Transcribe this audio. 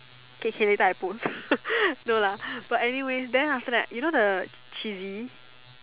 K K later I post no lah but anyways then after that you know the cheesy